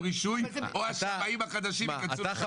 רישוי או השמאים החדשים ייכנסו להסדר?